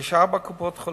שיש ארבע קופות-חולים.